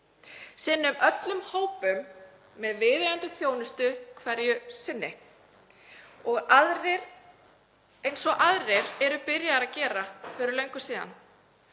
Sinnum öllum hópum með viðeigandi þjónustu hverju sinni eins og aðrir eru byrjaðir að gera fyrir löngu síðan.